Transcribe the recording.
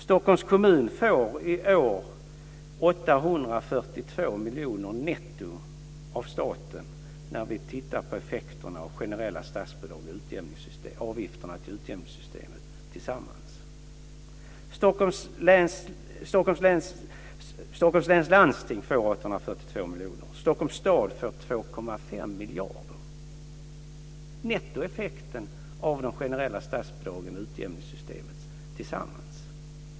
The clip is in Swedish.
Stockholms läns landsting får i år 842 miljoner netto av staten, om vi tittar på effekterna av generella statsbidrag och avgifterna till utjämningssytemet tillsammans. Stockholms stad får 2,5 miljarder. Det är nettoeffekten av de generella statsbidragen och utjämningssystemet tillsammans.